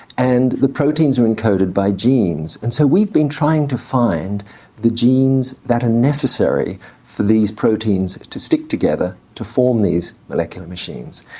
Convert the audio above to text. and the proteins are encoded by genes. and so we've been trying to find the genes that are necessary for these proteins to stick together, to form these molecular machines.